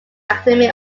academy